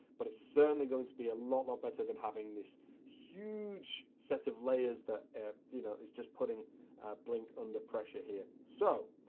but it's certainly going to be a lot, lot better than having this huge set of layers that you know is just putting blink under pressure here. so,